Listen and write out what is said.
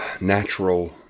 natural